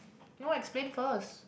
no explain first